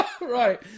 Right